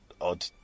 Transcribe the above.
odd